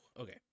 Okay